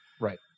Right